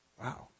Wow